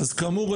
אז כאמור,